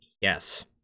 yes